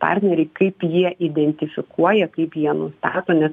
partneriai kaip jie identifikuoja kaip jie nustato nes